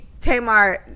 Tamar